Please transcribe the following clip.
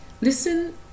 listen